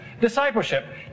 Discipleship